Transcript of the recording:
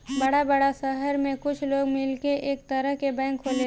बड़ा बड़ा सहर में कुछ लोग मिलके एक तरह के बैंक खोलेलन